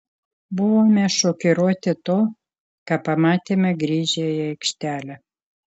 buvome šokiruoti to ką pamatėme grįžę į aikštelę